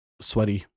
sweaty